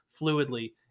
fluidly